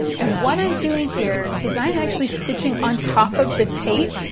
and what i'm doing here is i'm actually stitching on top of the tape.